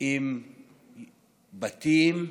עם בתים,